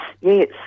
yes